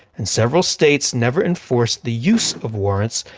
and several states never enforced the use of warrants.